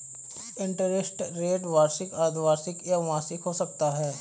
interest rate वार्षिक, अर्द्धवार्षिक या मासिक हो सकता है